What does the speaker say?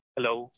Hello